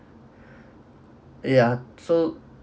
ya so